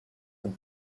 and